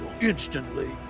instantly